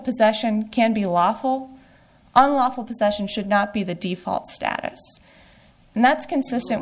possession can be lawful unlawful possession should not be the default status and that's consistent